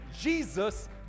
Jesus